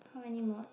how many mods